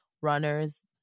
runners